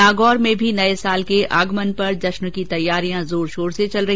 नागौर में भी नये साल के आगमन पर जश्न की तैयारियां जोर शोर से चल रही है